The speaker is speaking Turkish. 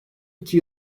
iki